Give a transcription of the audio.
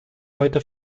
heute